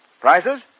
Prizes